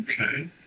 okay